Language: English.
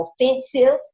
offensive